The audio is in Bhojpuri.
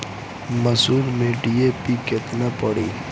मसूर में डी.ए.पी केतना पड़ी?